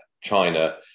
China